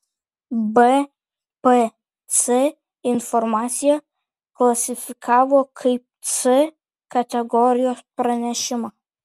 bpc informaciją klasifikavo kaip c kategorijos pranešimą